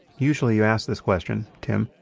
usually you ask this question, tim.